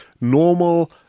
normal